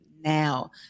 now